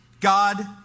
God